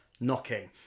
knocking